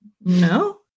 no